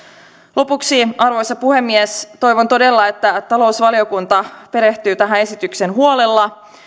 lopuksi arvoisa puhemies toivon todella että talousvaliokunta perehtyy tähän esitykseen huolella